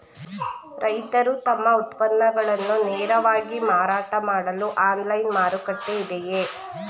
ರೈತರು ತಮ್ಮ ಉತ್ಪನ್ನಗಳನ್ನು ನೇರವಾಗಿ ಮಾರಾಟ ಮಾಡಲು ಆನ್ಲೈನ್ ಮಾರುಕಟ್ಟೆ ಇದೆಯೇ?